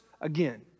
again